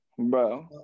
Bro